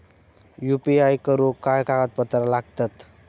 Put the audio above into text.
UPI करुक काय कागदपत्रा लागतत?